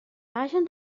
hagen